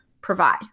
provide